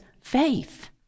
faith